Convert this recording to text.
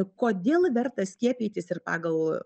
kodėl verta skiepytis ir pagal